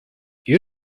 you